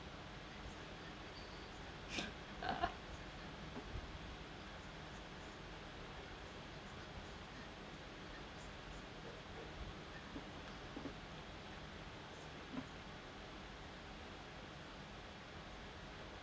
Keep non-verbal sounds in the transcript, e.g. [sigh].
[laughs]